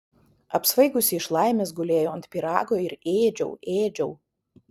apsvaigusi iš laimės gulėjau ant pyrago ir ėdžiau ėdžiau